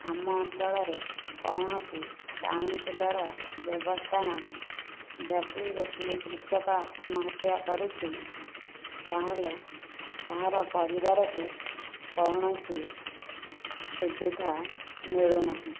ଆମ ଅଞ୍ଚଳରେ କୌଣସି କାଉନସିଲର ବ୍ୟବସ୍ଥା ନାହିଁ ଯଦି ଗୋଟିଏ କୃଷକ ଆତ୍ମହତ୍ୟା କରୁଛି ତାହେଲେ ତାହାର ପରିବାରକୁ କୌଣସି ସୁବିଧା ମିଳୁନାହିଁ